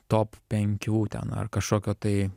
top penkių ten ar kažkokio tai